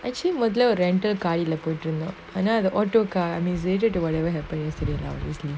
actually modular rental car is like good or not I know the auto car I mean its usually to whatever happened yesterday lah basically